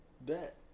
Bet